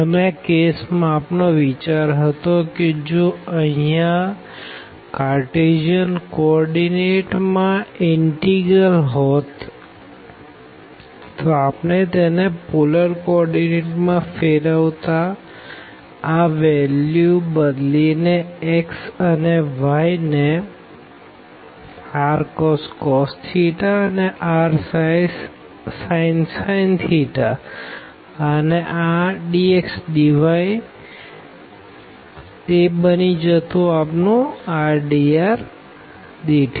અને આ કેસ માં આપનો વિચાર હતો કે જો અહિયાં કાઅર્તેસિયન કો ઓર્ડીનેટ માં ઇનટીગ્રલ હોત તો આપણે તેને પોલર કો ઓર્ડીનેટ માં ફેરવતા આ વેલ્યુ બદલી ને x અને y ને rcos અને rsin અને આ dx dy બની જશે r dr dθ